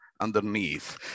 underneath